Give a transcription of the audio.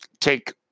take